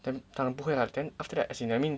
then 当然不会 lah then after that as in I mean